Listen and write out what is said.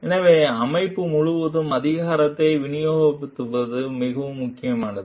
எனவே அமைப்பு முழுவதும் அதிகாரத்தை விநியோகிப்பது மிகவும் முக்கியமானது